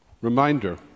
Reminder